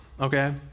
Okay